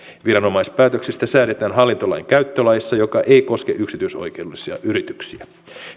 viranomaispäätöksistä säädetään hallintolainkäyttölaissa joka ei koske yksityisoikeudellisia yrityksiä